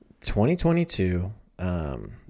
2022